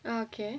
okay